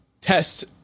test